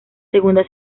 segunda